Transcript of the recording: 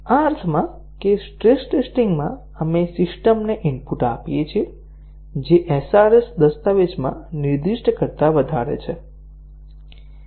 આ અર્થમાં કે સ્ટ્રેસ ટેસ્ટીંગ માં આપણે સિસ્ટમને ઇનપુટ આપીએ છીએ જે SRS દસ્તાવેજમાં નિર્દિષ્ટ કરતા વધારે છે